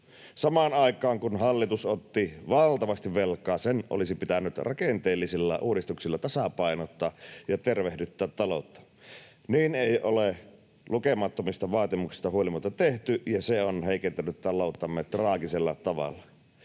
Samaan aikaan kun hallitus otti valtavasti velkaa, sen olisi pitänyt rakenteellisilla uudistuksilla tasapainottaa ja tervehdyttää taloutta. Niin ei ole lukemattomista vaatimuksista huolimatta tehty, ja se on heikentänyt talouttamme traagisella tavalla.